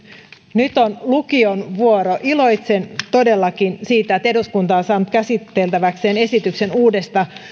nyt on lukion vuoro iloitsen todellakin siitä että eduskunta on saanut käsiteltäväkseen esityksen uudesta